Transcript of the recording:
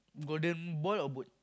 golden boy or boat